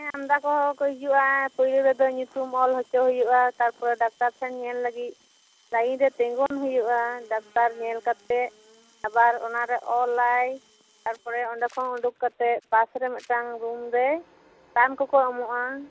ᱦᱮᱸ ᱟᱢᱫᱟᱠᱚ ᱦᱚᱲ ᱠᱚ ᱦᱤᱡᱩᱜᱼᱟ ᱯᱩᱭᱞᱳ ᱨᱮᱫᱚ ᱧᱩᱛᱩᱢ ᱚᱞ ᱚᱪᱚᱭ ᱦᱩᱭᱩᱜᱼᱟ ᱛᱟᱨᱯᱚᱨ ᱰᱟᱠᱛᱟᱨ ᱴᱷᱮᱱ ᱧᱮᱞ ᱞᱟᱹᱜᱤᱫ ᱞᱟᱭᱤᱱ ᱨᱮ ᱛᱤᱜᱩᱱ ᱦᱩᱭᱩᱜᱼᱟ ᱰᱟᱠᱛᱟᱨ ᱧᱮᱞ ᱠᱟᱛᱮᱫ ᱟᱵᱟᱨ ᱚᱱᱟᱨᱮᱭ ᱚᱞᱟᱭ ᱛᱟᱨᱯᱚᱨᱮ ᱚᱰᱮᱠᱷᱚᱱ ᱩᱰᱩᱠ ᱠᱟᱛᱮ ᱯᱟᱥ ᱨᱮ ᱢᱤᱫᱴᱟᱝ ᱨᱩᱢ ᱨᱮ ᱨᱟᱱ ᱠᱚ ᱠᱚ ᱮᱢᱚᱜᱼᱟ